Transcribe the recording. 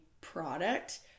product